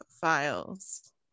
files